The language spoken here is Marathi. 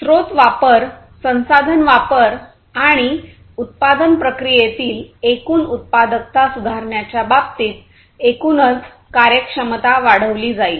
स्त्रोत वापर संसाधन वापर आणि उत्पादन प्रक्रियेतील एकूण उत्पादकता सुधारण्याच्या बाबतीत एकूणच कार्यक्षमता वाढवली जाईल